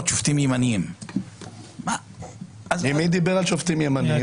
שופטים ימניים --- מי דיבר על שופטים ימניים?